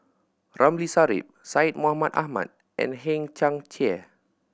Ramli Sarip Syed Mohamed Ahmed and Hang Chang Chieh